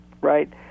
right